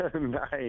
Nice